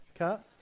okay